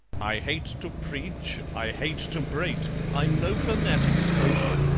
i hate to preach i hate to prate i'm no fanatic croaker,